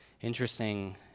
interesting